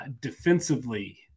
defensively